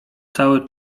cały